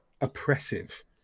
oppressive